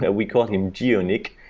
ah we call him geo-nick.